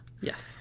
yes